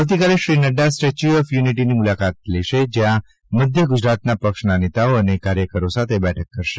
આવતીકાલે Shri Nadda statue of યુનિટીની મુલાકાત લેશે જયાં મધ્ય ગુજરાતના પક્ષના નેતાઓ અને કાર્યકરો સાથે બેઠક કરશે